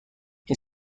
این